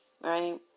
Right